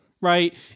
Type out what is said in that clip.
Right